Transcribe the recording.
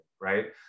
right